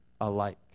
alike